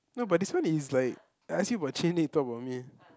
no but this one is like I ask you about change then you talk about me